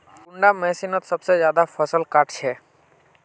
कुंडा मशीनोत सबसे ज्यादा फसल काट छै?